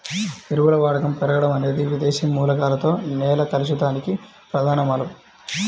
ఎరువుల వాడకం పెరగడం అనేది విదేశీ మూలకాలతో నేల కలుషితానికి ప్రధాన మూలం